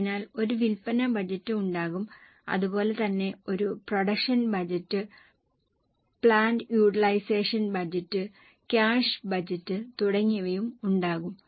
അതിനാൽ ഒരു വിൽപ്പന ബജറ്റ് ഉണ്ടാകും അതുപോലെ തന്നെ ഒരു production budget plant utilisation budget cash budget തുടങ്ങിയവയും ഉണ്ടാകാം